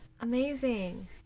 Amazing